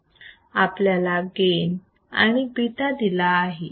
आपल्याला गेन आणि β दिला आहे